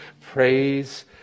Praise